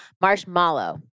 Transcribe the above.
Marshmallow